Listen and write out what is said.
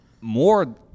more